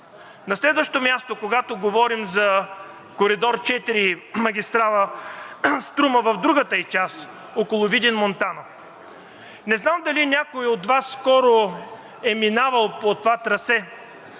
На следващо място, когато говорим за коридор IV – магистрала „Струма“ в другата ѝ част, около Видин – Монтана, не знам дали някой от Вас скоро е минавал по това трасе,